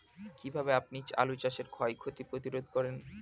কীভাবে আপনি আলু চাষের ক্ষয় ক্ষতি প্রতিরোধ করেন?